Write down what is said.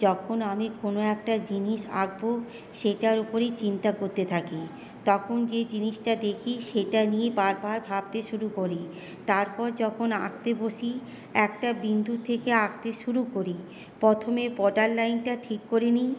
যখন আমি কোনো একটা জিনিস আঁকবো সেটার ওপরই চিন্তা করতে থাকি তখন যেই জিনিসটা দেখি সেটা নিয়েই বারবার ভাবতে শুরু করি তারপর যখন আঁকতে বসি একটা বিন্দু থেকে আঁকতে শুরু করি প্রথমে বর্ডার লাইনটা ঠিক করে নিই